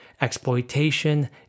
exploitation